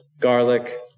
garlic